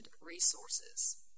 resources